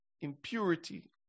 impurity